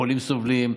החולים סובלים,